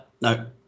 No